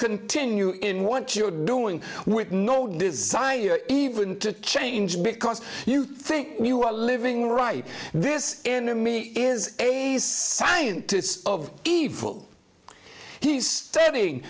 continue in what you're doing with no desire even to change because you think you are living right this enemy is a scientist of evil he's standing